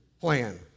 plan